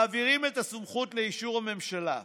מעבירים את הסמכות לאישור הממשלה,